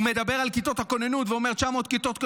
הוא מדבר על כיתות הכוננות ואומר: 900 כיתות כוננות.